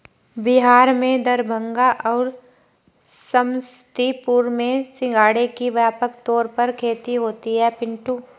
बिहार में दरभंगा और समस्तीपुर में सिंघाड़े की व्यापक तौर पर खेती होती है पिंटू